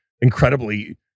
incredibly